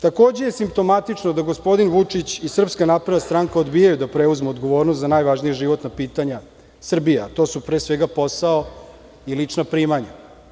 Takođe je simptomatično da gospodin Vučić i SNS odbijaju da preuzmu odgovornost za najvažnija životna pitanja Srbije, a to su pre svega posao i lična primanja.